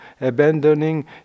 abandoning